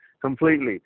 completely